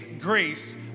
Grace